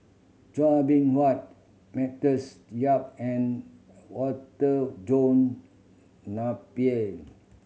Chua Beng Huat Matthews Yap and Water John Napier